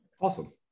Awesome